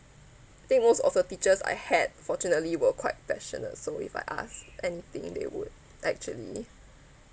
I think most of the teachers I had fortunately were quite passionate so if I ask anything they would actually